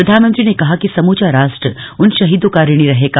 प्रधानमंत्री ने कहा कि समूचा राष्ट्र उन शहीदों का ऋणी रहेगा